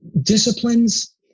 disciplines